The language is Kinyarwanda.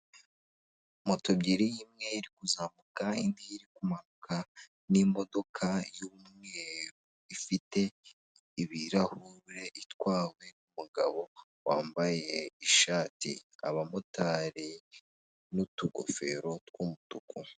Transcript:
Moto ebyiri imwe iri kuzambuka indi iri kumanuka n'imodoka y'umweru ifite ibirahure itwawe n'umugabo wambaye ishati, abamotari n'utugofero tw'umutuku.